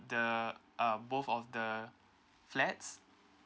the um both of the flats